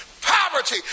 poverty